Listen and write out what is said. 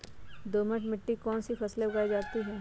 दोमट मिट्टी कौन कौन सी फसलें उगाई जाती है?